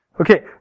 Okay